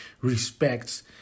respects